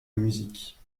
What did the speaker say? musique